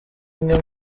imwe